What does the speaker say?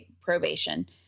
probation